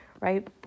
right